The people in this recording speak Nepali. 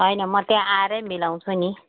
होइन म त्यहाँ आएरै मिलाउँछु नि